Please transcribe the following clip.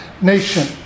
nation